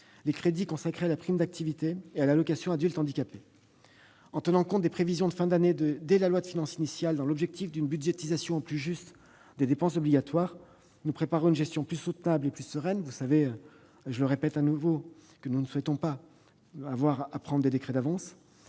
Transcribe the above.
les crédits consacrés à la prime d'activité et à l'allocation aux adultes handicapés. En tenant compte des prévisions de fin d'année dès la loi de finances initiale, dans l'objectif d'une budgétisation au plus juste des dépenses obligatoires, nous préparons une gestion plus soutenable et plus sereine. Je le répète, nous ne souhaitons pas nous trouver contraints de prendre des décrets d'avance.